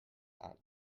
are